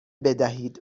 بدهید